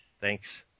Thanks